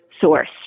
source